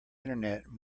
internet